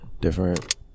different